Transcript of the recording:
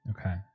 Okay